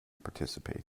participate